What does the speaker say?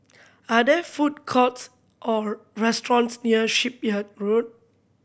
are there food courts or restaurants near Shipyard Road